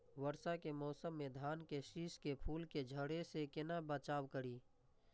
वर्षा के मौसम में धान के शिश के फुल के झड़े से केना बचाव करी?